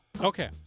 okay